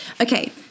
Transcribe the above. okay